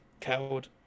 Coward